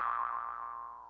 oh